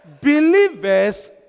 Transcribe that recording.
believers